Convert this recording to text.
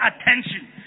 attention